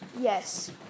Yes